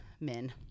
men